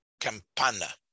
Campana